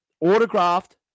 autographed